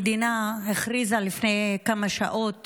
לפני כמה שעות